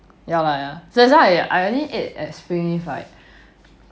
ya lah ya that's why I I only eat at springleaf right